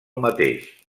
mateix